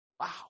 Wow